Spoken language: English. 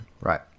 right